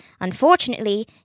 Unfortunately